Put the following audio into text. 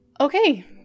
okay